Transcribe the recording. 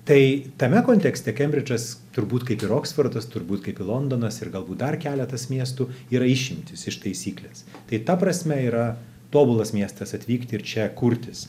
tai tame kontekste kembridžas turbūt kaip ir oksfordas turbūt kaip ir londonas ir galbūt dar keletas miestų yra išimtys iš taisyklės tai ta prasme yra tobulas miestas atvykti ir čia kurtis